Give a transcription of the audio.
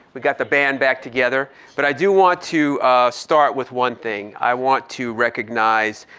we got the band back together but i do want to start with one thing. i want to recognize